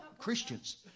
Christians